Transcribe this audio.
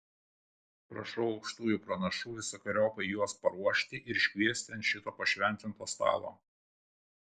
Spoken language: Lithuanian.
prašau aukštųjų pranašų visokeriopai juos paruošti ir iškviesti ant šito pašventinto stalo